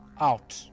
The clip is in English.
out